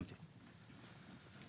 נכון.